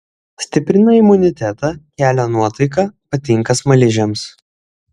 stiprina imunitetą kelia nuotaiką patinka smaližiams